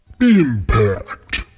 Impact